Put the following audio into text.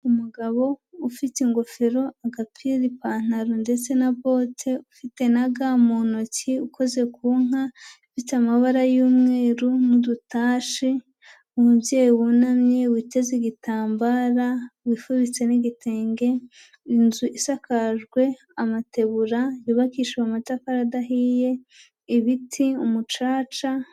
Umugabo ufite ingofero agapira, ipantaro ndetse na bote ufite na ga mu ntoki ukoze ku nka ifite amabara y'umweru n'udutashi, umubyeyi wunamye witeze igitambara wifubitse n'igitenge, inzu isakajwe amatebura yubakishi amatafari adahiye, ibiti, umucaca...